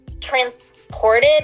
transported